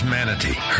Manatee